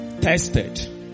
tested